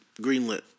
greenlit